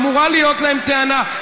אמורה להיות להם טענה,